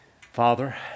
Father